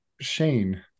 Shane